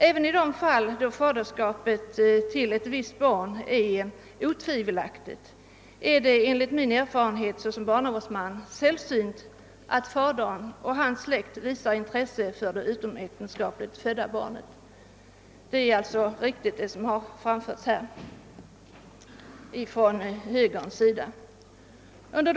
Även i de fall där faderskapet till ett visst barn är otvivelaktigt är det enligt min erfarenhet såsom barnavårdsman sällsynt att fadern och hans släkt visar intresse för det utomäktenskapligt födda barnet. Vad som härvidlag har framförts från högerns sida är alltså riktigt. Efter.